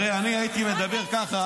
הרי אם אני הייתי מדבר ככה,